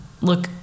look